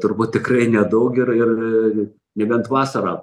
turbūt tikrai nedaug ir ir nebent vasarą